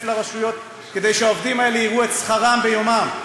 לרשויות כדי שהעובדים האלה יראו את שכרם ביומם,